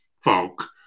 folk